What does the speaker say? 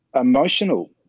emotional